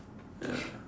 ya